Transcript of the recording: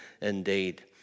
indeed